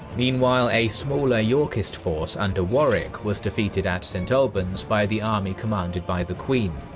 meanwhile, a smaller yorkist force under warwick was defeated at st. albans by the army commanded by the queen.